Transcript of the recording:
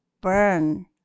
burn